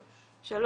שלוש.